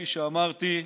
כפי שאמרתי,